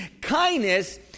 Kindness